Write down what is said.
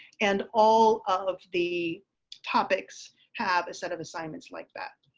and all of the topics have a set of assignments like that.